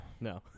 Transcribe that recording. no